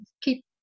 keep